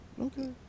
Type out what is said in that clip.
Okay